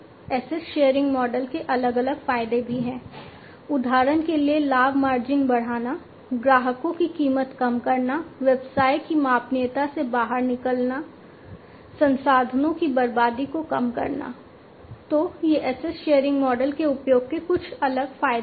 asset sharing model के उपयोग के कुछ अलग फायदे हैं